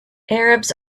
arabs